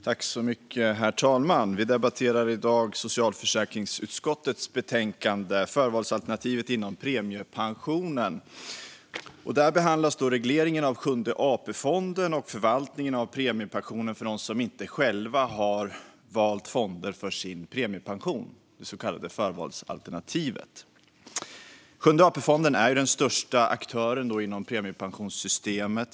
Herr talman! Vi debatterar nu socialförsäkringsutskottets betänkande Förvalsalternativet inom premiepensionen . Där behandlas regleringen av Sjunde AP-fonden och förvaltningen av premiepensionen åt dem som inte själva har valt fonder för sin premiepension, det vill säga det så kallade förvalsalternativet. Sjunde AP-fonden är den största aktören inom premiepensionssystemet.